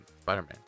Spider-Man